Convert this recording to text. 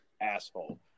asshole